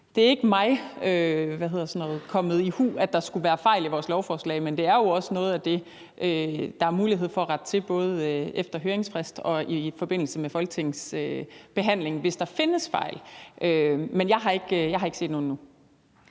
det er ikke kommet mig i hu, at der skulle være fejl i vores lovforslag. Men det er jo også noget af det, der er mulighed for at rette til både efter høringsfristen og i forbindelse med Folketingets behandling, hvis der findes fejl. Men jeg har ikke set nogen endnu.